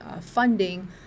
funding